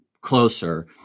closer